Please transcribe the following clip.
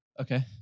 Okay